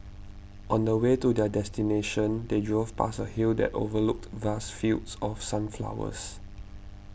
on the way to their destination they drove past a hill that overlooked vast fields of sunflowers